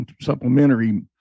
supplementary